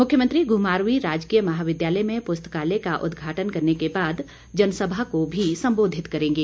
मुख्यमंत्री घुमारवीं राजकीय महाविद्यालय में पुस्तकालय का उद्घाटन करने के बाद जनसभा को भी संबोधित करेंगे